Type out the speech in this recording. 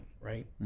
Right